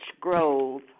Grove